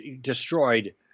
destroyed